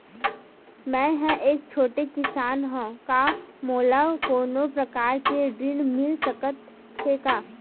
मै ह एक छोटे किसान हंव का मोला कोनो प्रकार के ऋण मिल सकत हे का?